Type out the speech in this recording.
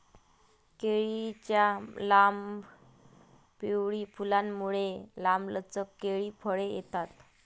केळीच्या लांब, पिवळी फुलांमुळे, लांबलचक केळी फळे येतात